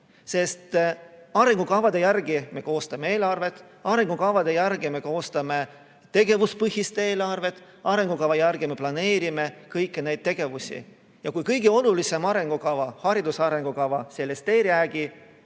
Sest arengukavade järgi me koostame eelarvet, arengukavade järgi me koostame tegevuspõhist eelarvet, arengukavade järgi me planeerime kõiki tegevusi. Kui kõige olulisem arengukava, hariduse arengukava sellest ei räägi,